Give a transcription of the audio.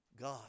God